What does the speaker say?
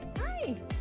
Hi